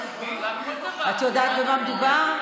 את יודעת במה מדובר?